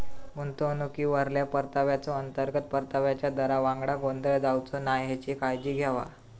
गुंतवणुकीवरल्या परताव्याचो, अंतर्गत परताव्याच्या दरावांगडा गोंधळ जावचो नाय हेची काळजी घेवा